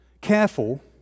careful